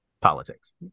politics